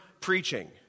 preaching